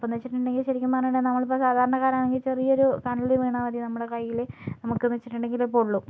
അപ്പൊന്ന് വെച്ചിട്ടുണ്ടെങ്കിൽ ശെരിക്കും പറയുവാണെങ്കിൽ നമ്മളിപ്പോൾ സാധാരണക്കാരാണെങ്കിൽ ചെറിയൊരു കനൽ വീണാൽ മതി നമ്മുടെ കൈയ്യില് നമുക്കെന്ന് വെച്ചിട്ടുണ്ടെങ്കില് പൊള്ളും